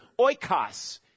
oikos